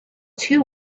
too